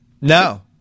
No